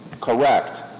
correct